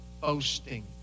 boasting